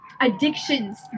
Addictions